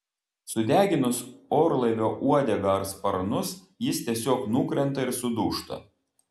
sudeginus orlaivio uodegą ar sparnus jis tiesiog nukrenta ir sudūžta